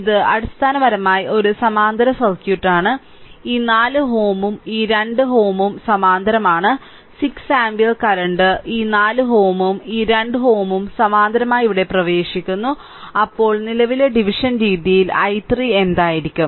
ഇത് അടിസ്ഥാനപരമായി ഒരു സമാന്തര സർക്യൂട്ട് ആണ് ഈ 4 Ω ഉം ഈ 2Ω ഉം സമാന്തരമാണ് 6 ആമ്പിയർ കറന്റ് ഈ 4 Ω ഉം ഈ 2Ω ഉം സമാന്തരമായി ഇവിടെ പ്രവേശിക്കുന്നു അപ്പോൾ നിലവിലെ ഡിവിഷൻ രീതിയിൽ i3 എന്തായിരിക്കും